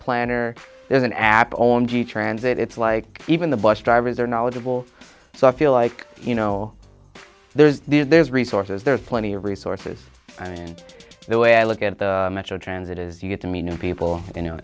planner there's an app on g transit it's like even the bus drivers are knowledgeable so i feel like you know there's resources there are plenty of resources and the way i look at the metro transit is you get to meet new people you know